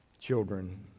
children